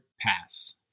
pass